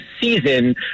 season